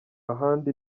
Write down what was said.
ahandi